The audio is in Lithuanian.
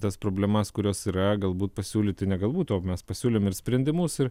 tas problemas kurios yra galbūt pasiūlyti ne galbūt o mes pasiūlėm ir sprendimus ir